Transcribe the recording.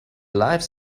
lives